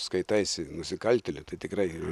skaitaisi nusikaltėliu tai tikrai